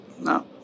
no